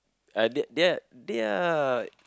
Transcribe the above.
uh they they are they are